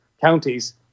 counties